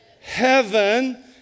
heaven